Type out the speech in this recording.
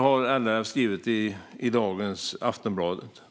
Så skriver alltså LRF i Aftonbladet